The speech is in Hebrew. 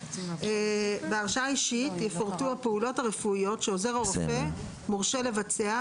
(ו)בהרשאה האישית יפורטו הפעולות הרפואיות שעוזר הרופא מורשה לבצע,